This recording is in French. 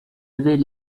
avait